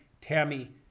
Tammy